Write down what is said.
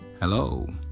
Hello